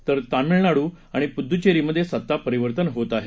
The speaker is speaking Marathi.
तर तामीळनाडू आणि पुदुच्चेरीमधे सत्ता परिवर्तन होत आहे